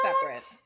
separate